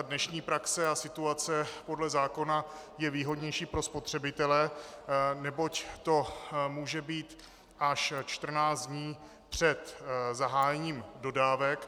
Dnešní praxe a situace podle zákona je výhodnější pro spotřebitele, neboť to může být až 14 dní před zahájením dodávek.